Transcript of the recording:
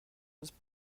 was